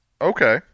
Okay